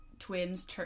twins